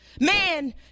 Man